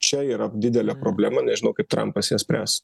čia yra didelė problema nežinau kaip trampas ją spręs